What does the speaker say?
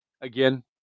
again